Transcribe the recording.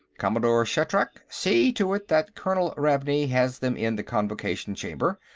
commodore shatrak, see to it that colonel ravney has them in the convocation chamber,